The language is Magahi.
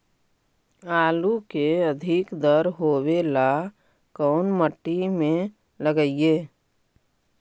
आलू के अधिक दर होवे ला कोन मट्टी में लगीईऐ?